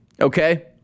okay